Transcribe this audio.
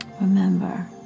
Remember